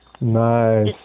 nice